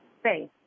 space